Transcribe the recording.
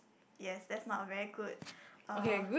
yes that's not very good uh